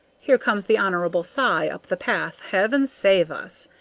here comes the hon. cy up the path. heaven save us!